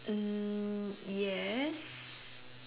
mm yes